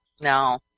No